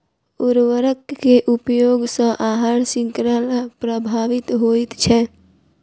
उर्वरक के उपयोग सॅ आहार शृंखला प्रभावित होइत छै